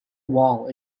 wall